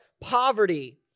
poverty